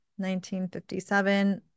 1957